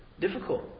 difficult